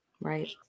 Right